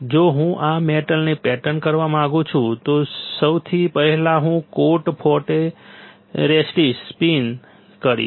જો હું આ મેટલને પેટર્ન કરવા માંગુ છું તો સૌથી પહેલા હું કોટ ફોટોરેસિસ્ટ સ્પિન કરીશ